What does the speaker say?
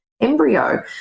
embryo